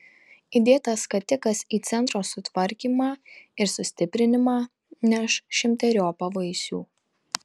įdėtas skatikas į centro sutvarkymą ir sustiprinimą neš šimteriopą vaisių